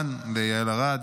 וכמובן ליעל ארד,